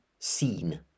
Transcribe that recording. seen